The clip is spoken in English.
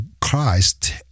Christ